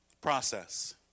Process